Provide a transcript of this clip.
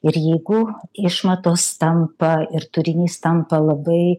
ir jeigu išmatos tampa ir turinys tampa labai